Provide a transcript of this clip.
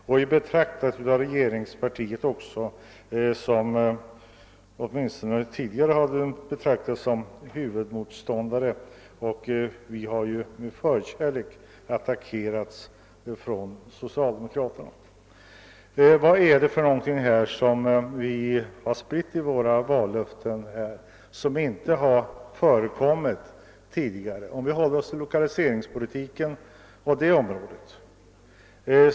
Det har åtminstone tidigare av regeringspartiet betraktats som huvudmotståndare och med förkärlek attackerats av socialdemokraterna. Vad är det för någonting i våra vallöften som inte förekommit tidigare, om vi håller oss till lokaliseringspolitiken?